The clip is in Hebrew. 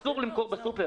בג"ץ.